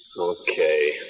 Okay